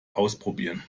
ausprobieren